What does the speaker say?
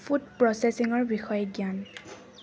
food প্ৰচে'ছিঙৰ বিষয়ে জ্ঞান